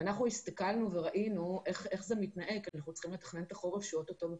אנחנו ראינו איך זה מתנהל כי אנחנו צריכים לנהל את החורף שאוטוטו בפתח.